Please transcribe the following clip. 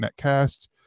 Netcasts